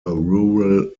rural